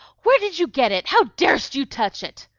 where did you get it? how dar'st you touch it?